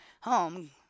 home